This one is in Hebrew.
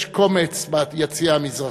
יש קומץ ביציע המזרחי.